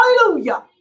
hallelujah